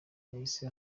yahise